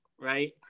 right